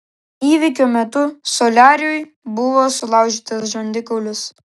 įvykio metu soliariui buvo sulaužytas žandikaulis